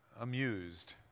amused